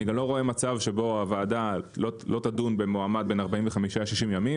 אני גם לא רואה מצב שבו הוועדה לא תדון במועמד למשך 60 ימים,